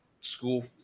school